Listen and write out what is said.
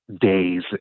days